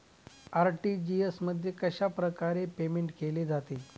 RTGS मध्ये कशाप्रकारे payment केले जाते?